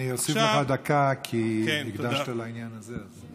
אני אוסיף לך דקה, כי הקדשת לעניין הזה.